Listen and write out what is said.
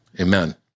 Amen